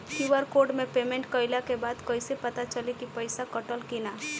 QR code से payment कईला के बाद कईसे पता चली की पैसा कटल की ना?